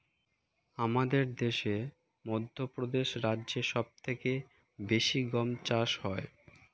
আমাদের দেশে মধ্যপ্রদেশ রাজ্যে সব থেকে বেশি গম চাষ হয়